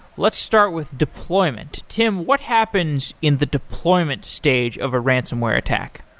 let's start with deployment. tim, what happens in the deployment stage of a ransonware attack?